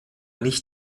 nicht